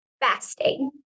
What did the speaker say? fasting